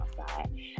outside